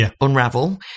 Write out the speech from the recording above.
unravel